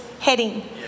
heading